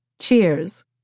Cheers